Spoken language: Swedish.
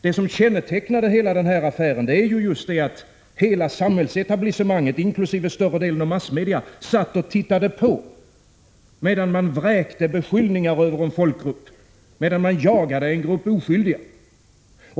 Det som kännetecknar den här affären är ju just att hela samhällsetablissemanget, inkl. större delen av massmedia, satt och tittade på medan man vräkte beskyllningar över en folkgrupp och jagade en grupp oskyldiga.